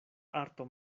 arto